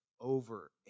over